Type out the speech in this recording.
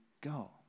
go